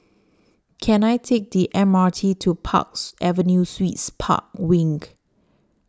Can I Take The M R T to Park Avenue Suites Park Wing